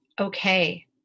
okay